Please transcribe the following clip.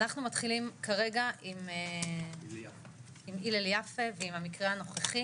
אנחנו מתחילים כרגע עם הלל יפה ועם המקרה הנוכחי